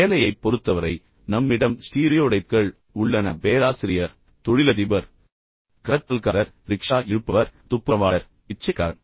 வேலையைப் பொறுத்தவரை நம்மிடம் ஸ்டீரியோடைப்கள் உள்ளன பேராசிரியர் தொழிலதிபர் கடத்தல்காரர் ரிக்ஷா இழுப்பவர் துப்புரவாளர் பிச்சைக்காரன்